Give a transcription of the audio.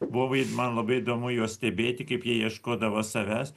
buvo vai man labai įdomu juos stebėti kaip jie ieškodavo savęs